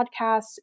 Podcasts